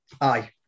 aye